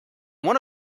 one